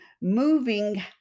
moving